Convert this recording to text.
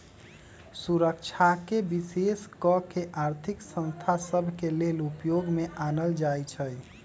सुरक्षाके विशेष कऽ के आर्थिक संस्था सभ के लेले उपयोग में आनल जाइ छइ